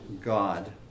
God